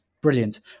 brilliant